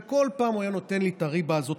וכל פעם הוא היה נותן לי את הריבה הזאת,